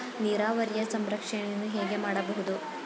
ನೀರಾವರಿಯ ಸಂರಕ್ಷಣೆಯನ್ನು ಹೇಗೆ ಮಾಡಬಹುದು?